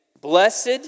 Blessed